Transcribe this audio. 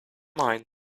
mind